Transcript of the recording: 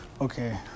Okay